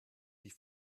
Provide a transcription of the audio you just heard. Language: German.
die